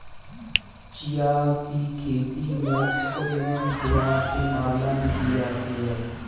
chia की खेती Mexico एवं ग्वाटेमाला में की जाती है